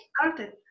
started